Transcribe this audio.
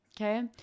okay